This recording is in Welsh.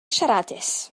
siaradus